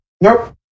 Nope